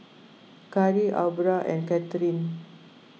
Carri Aubra and Katherin